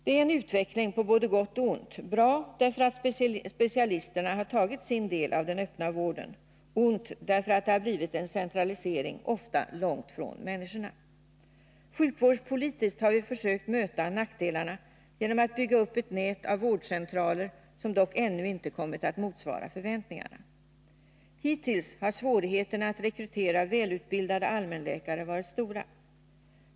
Det är en utveckling på både gott och ont: bra därför att specialisterna tagit sin del av den öppna vården — ont därför att det blivit en centralisering, ofta långt från människorna. Sjukvårdspolitiskt har vi försökt möta nackdelarna genom att bygga upp ett nät av vårdcentraler, som dock ännu inte kommit att motsvara förväntningarna. Hittills har svårigheterna att rekrytera välutbildade allmänläkare varit stora.